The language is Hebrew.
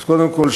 אז קודם כול,